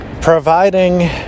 providing